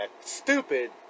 STUPID